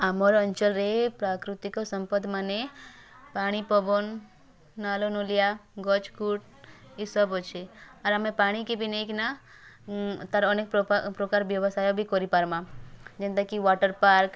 ଆମର୍ ଅଞ୍ଚଲ୍ରେ ପ୍ରାକୃତିକ ସମ୍ପଦ୍ମାନେ ପାଣି ପବନ୍ ନାଲ ନଲିଆ ଗଛ୍ କୁଟ୍ ଏ ସବ୍ ଅଛେ ଆର୍ ଆମେ ପାଣିକେ ବି ନେଇକିନା ତାର୍ ଅନେକ୍ ପ୍ରକାର ବେବ୍ୟସାୟ ବି କରିପାରିମା ଯେନ୍ତାକି ୱାଟର୍ ପାର୍କ୍